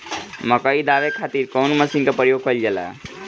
मकई दावे खातीर कउन मसीन के प्रयोग कईल जाला?